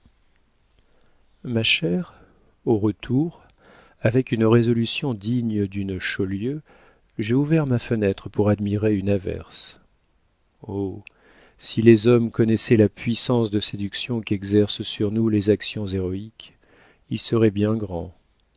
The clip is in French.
ma chère au retour avec une résolution digne d'une chaulieu j'ai ouvert ma fenêtre pour admirer une averse oh si les hommes connaissaient la puissance de séduction qu'exercent sur nous les actions héroïques ils seraient bien grands